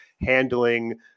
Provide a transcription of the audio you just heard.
handling